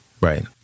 Right